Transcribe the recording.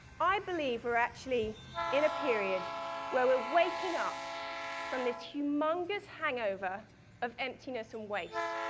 i believe we're actually in a period where we're waking up from this humongous hangover of emptiness and waste,